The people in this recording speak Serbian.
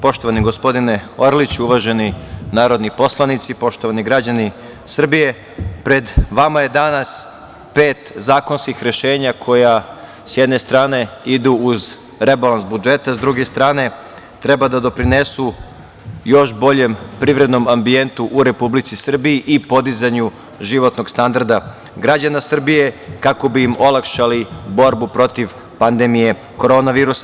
Poštovani gospodine Orliću, uvaženi narodni poslanici, poštovani građani Srbije, pred vama je danas pet zakonskih rešenja koji, s jedne strane idu uz rebalans budžeta, s druge strane treba da doprinesu još boljem privrednom ambijentu u Republici Srbiji i podizanju životnog standarda građana Srbije, kako bi im olakšali borbu protiv pandemije korona virusa.